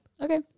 Okay